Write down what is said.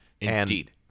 Indeed